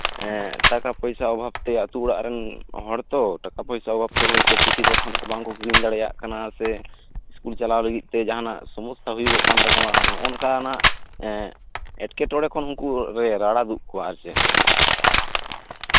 ᱴᱟᱠᱟ ᱯᱚᱭᱥᱟ ᱚᱵᱷᱟᱵᱛᱮ ᱟᱛᱳ ᱚᱲᱟᱜᱨᱮᱱ ᱟᱛᱳ ᱚᱲᱟᱜ ᱨᱮᱱ ᱦᱚᱲᱛᱚ ᱴᱟᱠᱟ ᱯᱚᱭᱥᱟ ᱚᱵᱷᱟᱵᱛᱮ ᱯᱩᱛᱷᱤ ᱯᱟᱛᱷᱟᱢ ᱠᱚ ᱵᱟᱝᱠᱚ ᱠᱤᱨᱤᱧ ᱫᱟᱲᱮᱭᱟᱜ ᱠᱟᱱᱟ ᱥᱮ ᱤᱥᱠᱩᱞ ᱪᱟᱞᱟᱣ ᱞᱟᱹᱜᱤᱫᱛᱮ ᱡᱟᱸᱦᱟᱴᱟᱜ ᱥᱚᱢᱚᱥᱥᱟ ᱦᱩᱭᱩᱜ ᱠᱟᱱ ᱛᱟᱠᱚᱣᱟ ᱱᱚᱝᱠᱟᱱᱟᱜ ᱮᱴᱠᱮᱴᱚᱲᱮᱞᱮ ᱨᱟᱲᱟ ᱫᱩᱜ ᱠᱚᱣᱟ ᱟᱨ ᱪᱮᱫ